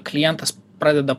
klientas pradeda